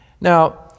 Now